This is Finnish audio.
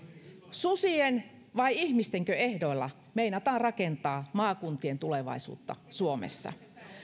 susien vai ihmistenkö ehdoilla meinataan rakentaa maakuntien tulevaisuutta suomessa